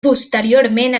posteriorment